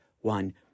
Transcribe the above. one